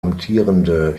amtierende